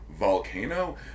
volcano